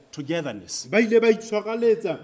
togetherness